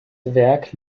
werk